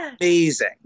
amazing